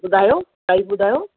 ॿुधायो प्राईस ॿुधायो